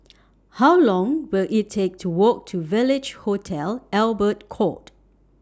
How Long Will IT Take to Walk to Village Hotel Albert Court